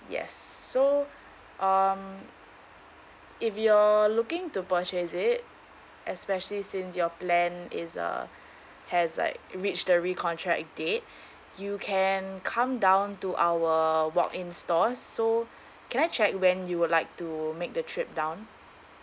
yes so um if you're looking to purchase it especially since your plan is uh has like reach the recontract date you can come down to our walk in stores so can I check when you would like to make the trip down